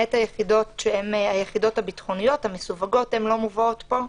למעט היחידות שהן היחידות הביטחוניות המסווגות שלא מובאות פה.